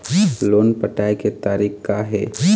Loan पटाए के तारीख़ का हे?